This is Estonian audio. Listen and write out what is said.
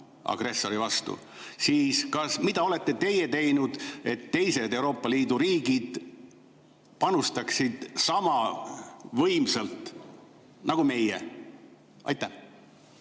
agressori vastu, siis mida olete teinud teie, et teised Euroopa Liidu riigid panustaksid sama võimsalt nagu meie? Hea